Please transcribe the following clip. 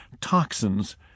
toxins